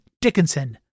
Dickinson